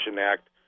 Act